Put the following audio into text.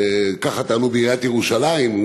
ככה טענו בעיריית ירושלים,